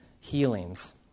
healings